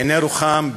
בעיני רוחם,